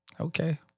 Okay